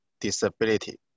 disability